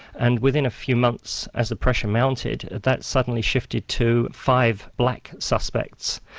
and within a few months, as the pressure mounted, that suddenly shifted to five black suspects,